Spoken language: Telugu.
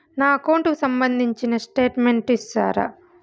నా అకౌంట్ కు సంబంధించిన స్టేట్మెంట్స్ ఇస్తారా